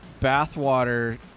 Bathwater